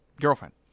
girlfriend